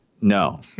No